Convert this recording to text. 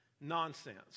nonsense